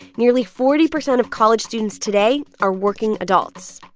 nearly forty percent of college students today are working adults,